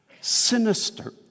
sinister